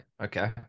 okay